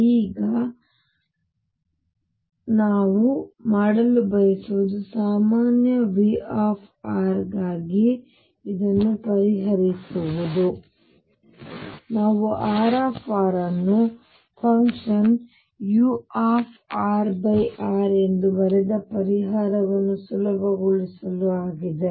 ಈಗ ನಾವು ಈಗ ಮಾಡಲು ಬಯಸುವುದು ಸಾಮಾನ್ಯ V ಗಾಗಿ ಇದನ್ನು ಪರಿಹರಿಸುವುದು ನಾವು R ಅನ್ನು ಫಂಕ್ಷನ್ urr ಎಂದು ಬರೆದ ಪರಿಹಾರವನ್ನು ಸುಲಭಗೊಳಿಸಲು ಆಗಿದೆ